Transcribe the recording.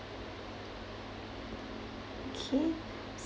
okay